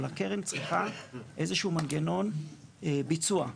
אבל הקרן צריכה איזשהו מנגנון ביצוע.